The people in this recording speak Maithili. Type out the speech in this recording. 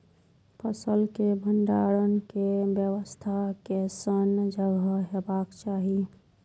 फसल के भंडारण के व्यवस्था केसन जगह हेबाक चाही?